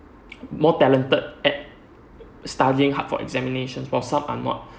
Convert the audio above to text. more talented at studying hard for examination while some are not